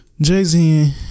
Jay-Z